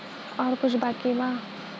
और कुछ बाकी बा?